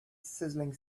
sizzling